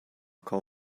call